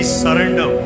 surrender